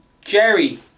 Jerry